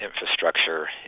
infrastructure